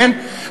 כן,